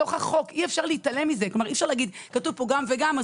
אי אפשר להתעלם מזה ולהגיד שכתוב פה גם וגם,